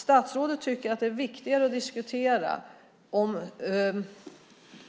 Statsrådet tycker att det är viktigare att diskutera om